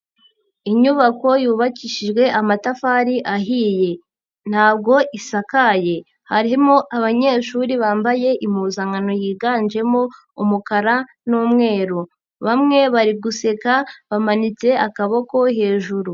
Inyubako yubakishijwe amatafari ahiye, ntago isakaye, harimo abanyeshuri bambaye impuzankano yiganjemo umukara n'umweru, bamwe bari guseka bamanitse akaboko hejuru.